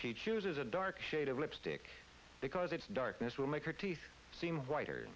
she chooses a dark shade of lipstick because it's darkness will make her teeth seem whiter